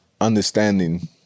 understanding